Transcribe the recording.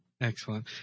Excellent